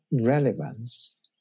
relevance